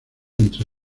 entre